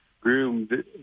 groomed